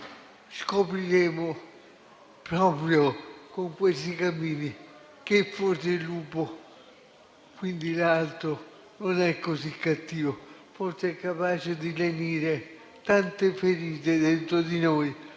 Scopriremo, proprio con questi cammini che forse il lupo, quindi l'altro, non è così cattivo; forse è capace di lenire tante ferite dentro di noi